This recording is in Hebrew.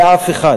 לאף אחד,